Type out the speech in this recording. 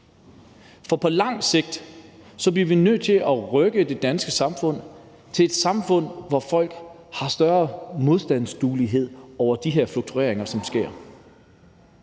For på lang sigt bliver vi nødt til at rykke det danske samfund til at være et samfund, hvor folk har større modstandsdygtighed over for de her fluktueringer, der sker.